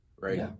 right